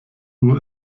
uhr